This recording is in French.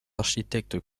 architectes